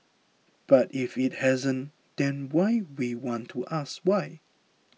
but if it hasn't then why we want to ask why